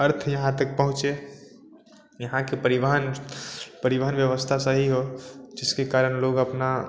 अर्थ यहाँ तक पहुँचे यहाँ की परिवाहन परिवाहन व्यवस्था सही हो जिसके कारण लोग अपनी